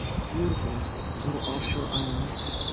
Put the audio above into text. ah beautiful little offshore islands,